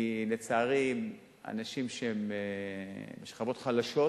כי, לצערי, אנשים שהם משכבות חלשות,